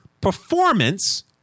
performance